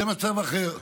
זה מצב אחר,